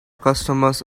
customers